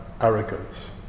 arrogance